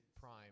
prime